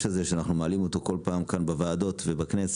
הזה שאנחנו מעלים אותו כל פעם כאן בוועדות ובכנסת